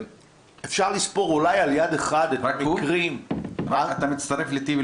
אפשר לספור אולי על יד אחת את המקרים -- אתה מצטרף לטיבי,